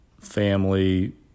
family